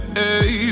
hey